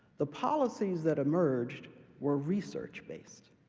the policies that emerged were research-based,